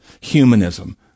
humanism